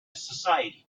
society